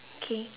K